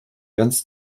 ganz